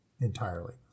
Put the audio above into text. entirely